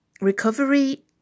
Recovery